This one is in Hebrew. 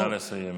נא לסיים.